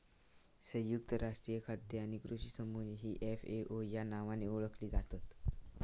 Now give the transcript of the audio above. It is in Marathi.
संयुक्त राष्ट्रीय खाद्य आणि कृषी समूह ही एफ.ए.ओ या नावाने ओळखली जातत